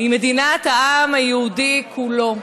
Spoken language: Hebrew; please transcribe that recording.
היא מדינת העם היהודי כולו,